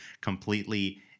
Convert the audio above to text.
completely